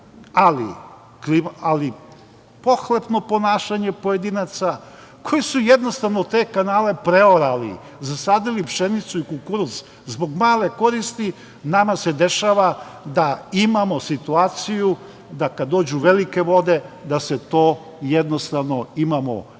ali pohlepno ponašanje pojedinaca koji su jednostavno te kanale preorali, zasadili pšenicu i kukuruz zbog male koristi nama se dešava da imamo situaciju da kad dođu velike vode da se to, jednostavno, imamo